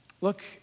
Look